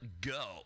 go